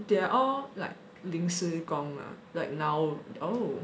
they're are all like 临时工 lah like now oh